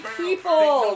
people